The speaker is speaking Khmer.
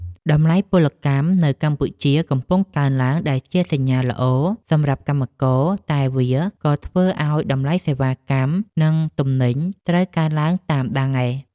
តម្លៃពលកម្មនៅកម្ពុជាកំពុងកើនឡើងដែលជាសញ្ញាល្អសម្រាប់កម្មករ តែវាក៏ធ្វើឱ្យតម្លៃសេវាកម្មនិងទំនិញត្រូវកើនឡើងតាមដែរ។